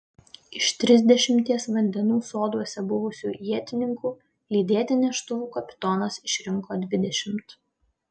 iš trisdešimties vandenų soduose buvusių ietininkų lydėti neštuvų kapitonas išrinko dvidešimt